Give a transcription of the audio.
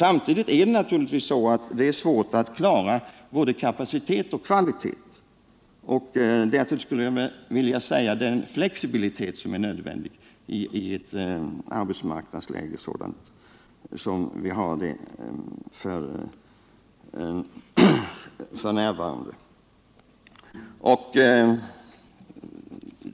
Samtidigt är det naturligtvis svårt att klara både kapacitet och kvalitet och dessutom, skulle jag vilja säga, den flexibilitet som är nödvändig i ett arbetsmarknadsläge som det vi f. n. har.